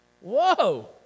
Whoa